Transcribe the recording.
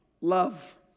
Love